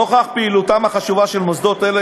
נוכח פעילותם החשובה של מוסדות אלה,